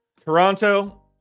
Toronto